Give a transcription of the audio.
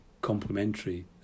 complementary